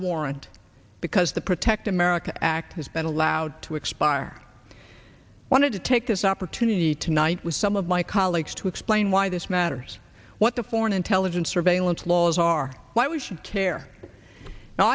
warrant because the protect america act has been allowed to expire wanted to take this opportunity tonight with some of my colleagues to explain why this matters what the foreign intelligence surveillance laws are why we should care no